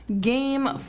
Game